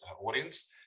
audience